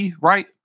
right